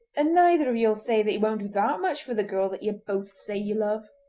and neither of ye'll say that he won't do that much for the girl that ye both say ye love